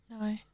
No